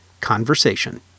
Conversation